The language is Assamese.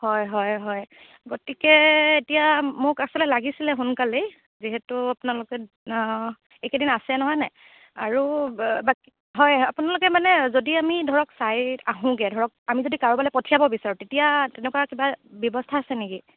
হয় হয় হয় গতিকে এতিয়া মোক আছলতে লাগিছিলে সোনকালেই যিহেতু আপোনালোকে অ' এইকেইদিন আছে নহয় নাই আৰু বাকী হয় আপোনালোকে মানে যদি আমি ধৰক চাই আহোঁগৈ ধৰক আমি যদি কাৰোবালৈ পঠিয়াব বিচাৰোঁ তেতিয়া তেনেকুৱা কিবা ব্যৱস্থা আছে নেকি